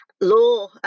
law